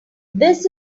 this